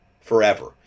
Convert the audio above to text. forever